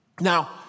Now